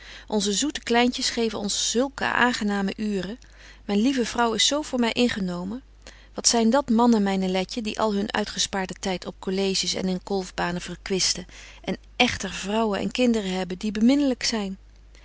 onze zoete kleintjes geven ons zulke aangename uuren myn lieve vrouw is zo voor my ingenomen wat zyn dat mannen myne letje die al hun uitgespaarden tyd op colleges en in kolfbanen verkwisten en echter vrouwen en kinderen hebben die beminlyk zyn